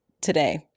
today